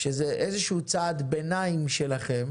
שזה איזשהו צעד ביניים שלכם